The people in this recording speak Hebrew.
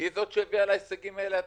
היא זאת שהביאה להישגים האלה.